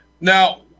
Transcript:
Now